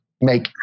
make